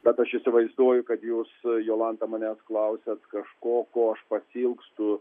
bet aš įsivaizduoju kad jūs su jolanta manęs klausiat kažko ko aš pasiilgstu